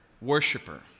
worshiper